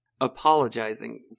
apologizing